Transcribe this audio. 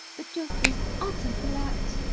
but just this utter collapse.